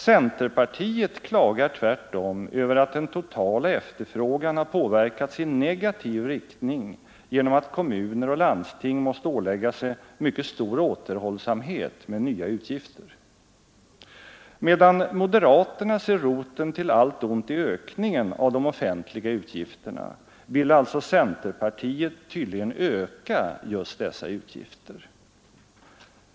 Centerpartiet klagar tvärtom över att den totala efterfrågan har påverkats i negativ riktning genom att kommuner och landsting måst ålägga sig mycket stor återhållsamhet med nya utgifter. Medan moderaterna ser roten till allt ont i ökningen av de offentliga utgifterna, vill alltså centerpartiet tydligen öka just dessa utgifter.